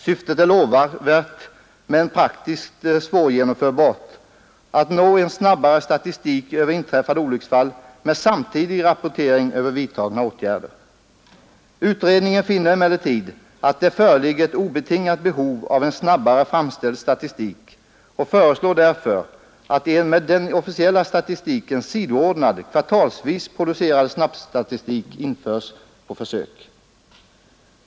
Syftet är lovvärt, men förslaget är faktiskt svårgenomförbart: att snabbare åstadkomma en statistik över inträffade olycksfall med samtidig inrapportering av vidtagna åtgärder. Utredningen finner emellertid att det föreligger ett obetingat behov av en snabbare framställd statistik och föreslår därför att en med den officiella statistiken sidoordnad kvartalsvis producerad snabbstatistik på försök införs.